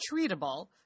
treatable